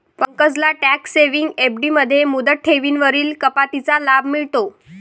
पंकजला tax saving F D मध्ये मुदत ठेवींवरील कपातीचा लाभ मिळतो